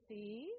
See